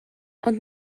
ond